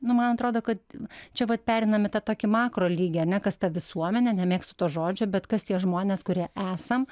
nu man atrodo kad čia vat pereinam į tą tokį makro lygį ar ne kas ta visuomenė nemėgstu to žodžio bet kas tie žmonės kurie esam